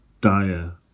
dire